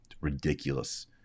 Ridiculous